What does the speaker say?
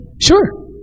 Sure